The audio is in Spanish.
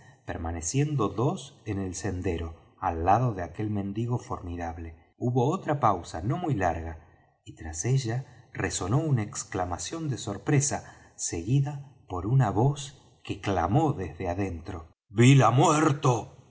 permaneciendo dos en el sendero al lado de aquel mendigo formidable hubo otra pausa no muy larga y tras ella resonó una exclamación de sorpresa seguida por una voz que clamó desde adentro bill ha muerto